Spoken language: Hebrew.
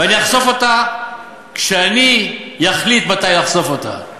ואני אחשוף אותה כשאני אחליט מתי לחשוף אותה.